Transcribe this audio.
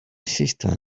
sisters